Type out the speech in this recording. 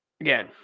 again